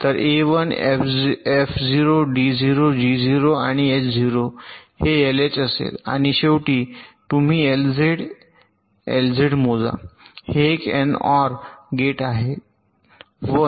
तर A 1 F 0 D 0 G 0 आणि H 0 हे एलएच असेल आणि शेवटी तुम्ही एलझेड एलझेड मोजा हे एक एनओआर आहे गेट १